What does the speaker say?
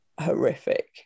horrific